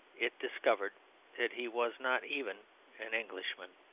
it discovered that he was not even an englishman.